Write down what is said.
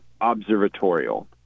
observatorial